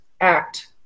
act